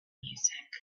music